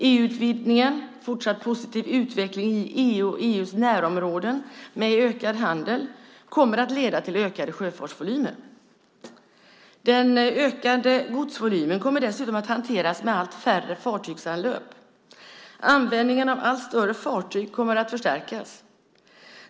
EU-utvidgningen och fortsatt positiv utveckling i EU och EU:s närområden, med ökad handel, kommer att leda till ökade sjöfartsvolymer. Den ökade godsvolymen kommer dessutom att hanteras med allt färre fartygsanlöp. Användningen av allt större fartyg kommer att förstärkas.